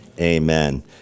Amen